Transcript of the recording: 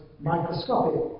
microscopic